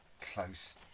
close